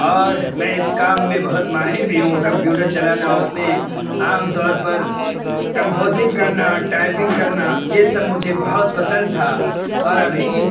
اور میں اس کام میں بہت ماہر بھی ہوں کمپیوٹر چلانا اس میں عام طور پر کمپوزنگ کرنا ٹائپنگ کرنا یہ سب مجھے بہت پسند تھا اور ابھی